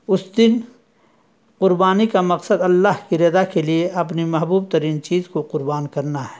اس دن قربانی کا مقصد اللہ کی رضا کے لیے اپنی محبوب ترین چیز کو قربان کرنا ہے